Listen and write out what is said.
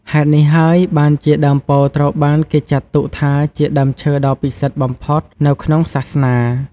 ហេតុនេះហើយបានជាដើមពោធិ៍ត្រូវបានគេចាត់ទុកថាជាដើមឈើដ៏ពិសិដ្ឋបំផុតនៅក្នុងសាសនា។